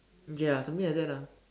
ya something like that lah